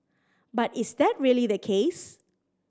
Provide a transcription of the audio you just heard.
but is that really the case